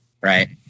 right